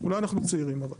אולי אנחנו צעירים אבל.